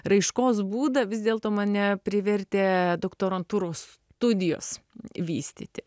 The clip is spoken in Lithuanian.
raiškos būdą vis dėlto mane privertė doktorantūros studijos vystyti